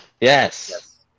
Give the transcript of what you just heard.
Yes